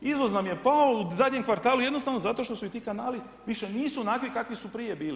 Izvoz nam je pao u zadnjem kvartalu jednostavno zato što su i ti kanali više nisu onakvi kakvi su prije bili.